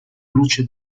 luce